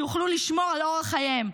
שיוכלו לשמור על אורח חייהם.